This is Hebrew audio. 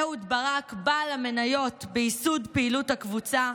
אהוד ברק הוא בעל המניות בייסוד פעילות הקבוצה.